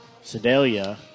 Sedalia